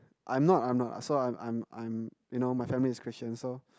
I'm not I'm not ah so I'm I'm I'm you know my family is christian so